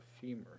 femur